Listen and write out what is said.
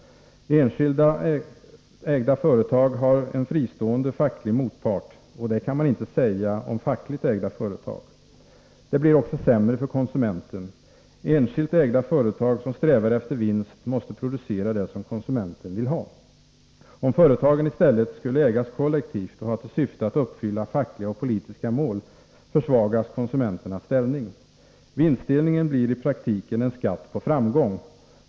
Enskilt ägda företag har en fristående facklig motpart. Det kan man inte säga om fackligt ägda företag. Det blir sämre också för konsumenten. Enskilt ägda företag som strävar efter vinst måste producera det som konsumenten vill ha. Om företagen i stället skulle ägas kollektivt och ha till syfte att uppfylla fackliga och politiska mål, försvagas konsumenternas ställning. Vinstdelningen blir i praktiken en skatt på framgång.